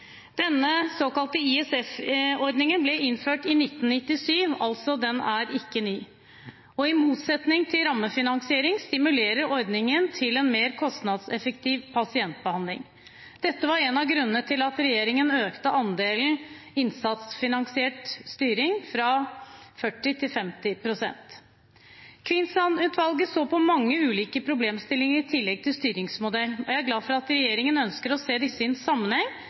Denne såkalte ISF-ordningen ble innført i 1997. Den er altså ikke ny, og i motsetning til rammefinansiering stimulerer ordningen til en mer kostnadseffektiv pasientbehandling. Dette var en av grunnene til at regjeringen økte andelen innsatsfinansiert styring fra 40 pst. til 50 pst. Kvinnsland-utvalget så på mange ulike problemstillinger i tillegg til styringsmodell. Jeg er glad for at regjeringen ønsker å se disse i sammenheng,